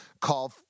called